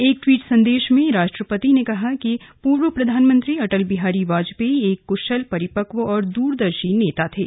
एक ट्वीट संदेश में राष्ट्रपति ने कहा कि पूर्व प्रधानमंत्री अटल बिहारी वाजपेयी एक कृशल परिपक्व और दूरदर्शी नेता थे